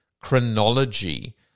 chronology